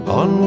on